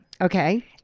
Okay